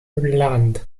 land